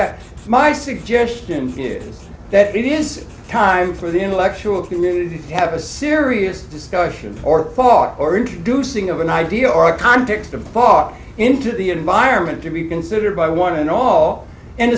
at my suggestion is that it is time for the intellectual community to have a serious discussion or thought or introducing of an idea or context of thought into the environment to be considered by one and all and